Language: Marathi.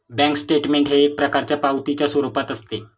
बँक स्टेटमेंट हे एक प्रकारच्या पावतीच्या स्वरूपात असते